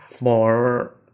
more